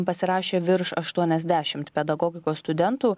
pasirašė virš aštuoniasdešimt pedagogikos studentų